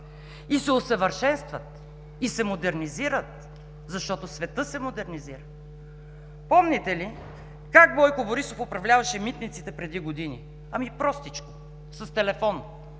И се усъвършенстват, и се модернизират, защото светът се модернизира. Помните ли как Бойко Борисов управляваше Митниците преди години? Ами, простичко – с телефон: